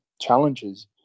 challenges